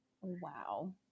Wow